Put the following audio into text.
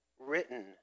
Written